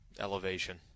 elevation